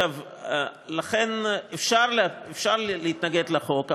לכן אפשר להתנגד לחוק,